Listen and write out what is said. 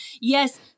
Yes